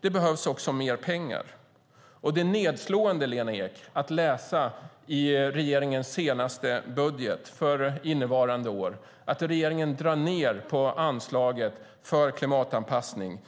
Det behövs också mer pengar. Det är nedslående, Lena Ek, att läsa i regeringens senaste budget för innevarande år att regeringen drar ned på anslaget för klimatanpassning